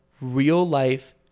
real-life